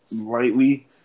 lightly